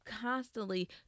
constantly